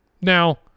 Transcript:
Now